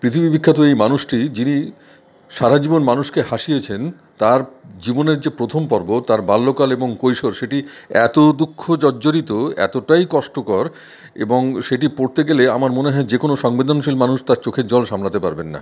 পৃথিবী বিখ্যাত এই মানুষটি যিনি সারা জীবন মানুষকে হাসিয়েছেন তার জীবনের যে প্রথম পর্ব তার বাল্যকাল এবং কৈশোর সেটি এতো দুঃখ জর্জরিত এতোটাই কষ্ট কর এবং সেটি পড়তে গেলে আমার মনে হয় যে কোনো সংবেদনশীল মানুষ তার চোখের জল সামলাতে পারবেন না